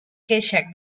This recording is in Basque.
kexak